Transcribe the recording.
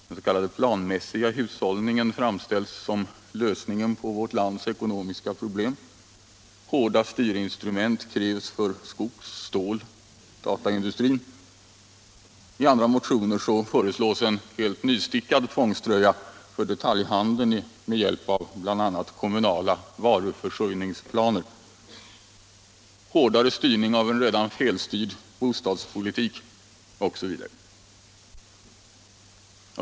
Den s.k. planmässiga hushållningen framställs som lösningen på vårt lands ekonomiska problem. Hårda styrinstrument krävs för skogs-, stål och dataindustrin. I andra motioner föreslås en helt nystickad tvångströja för detaljhandeln med hjälp av bl.a. kommunala varuförsörjningsplaner. Vidare föreslås hårdare styrning av en redan felstyrd bostadspolitik osv.